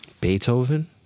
Beethoven